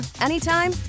anytime